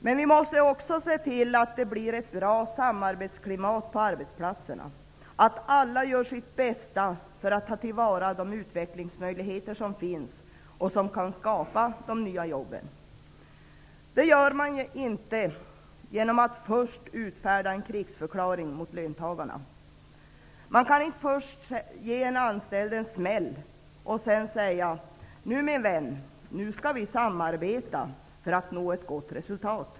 Men vi måste också se till att det blir ett bra samarbetsklimat på arbetsplatserna och att alla gör sitt bästa för att ta till vara de utvecklingsmöjligheter som finns och som kan skapa de nya jobben. Det gör man inte genom att först utfärda en krigsförklaring mot löntagarna. Man inte först ge en anställd en smäll och sedan säga: Nu min vän skall vi samarbeta för att nå ett gott resultat.